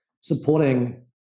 supporting